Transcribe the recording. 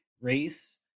race